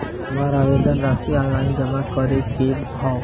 हमार आवेदन राशि ऑनलाइन जमा करे के हौ?